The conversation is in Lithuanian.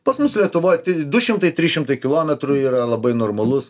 pas mus lietuvoj du šimtai trys šimtai kilometrų yra labai normalus